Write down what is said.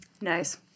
Nice